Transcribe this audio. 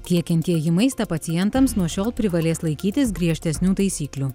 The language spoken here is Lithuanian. tiekiantieji maistą pacientams nuo šiol privalės laikytis griežtesnių taisyklių